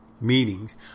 meetings